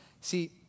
See